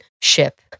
ship